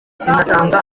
kinatanga